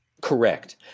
Correct